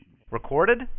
Recorded